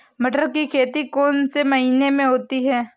मटर की खेती कौन से महीने में होती है?